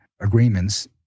agreements –